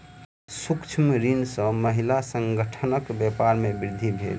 सूक्ष्म ऋण सॅ महिला संगठन के व्यापार में वृद्धि भेल